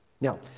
Now